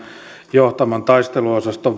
johtaman taisteluosaston